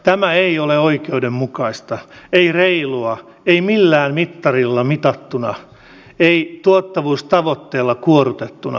tämä ei ole oikeudenmukaista ei reilua ei millään mittarilla mitattuna ei tuottavuustavoitteella kuorrutettuna